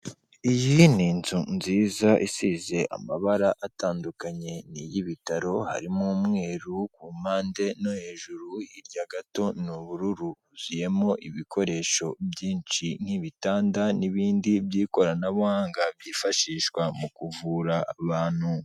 Iyi ni inzu nziza isize amabara atandukanye, ni iy'ibitaro harimo umweru, ku mpande no hejuru, hirya gato ni ubururu, yuzuyemo ibikoresho byinshi nk'ibitanda n'ibindi by'ikoranabuhanga, byifashishwa mu kuvura abantu.